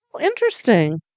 Interesting